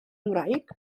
ngwraig